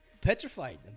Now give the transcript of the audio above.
petrified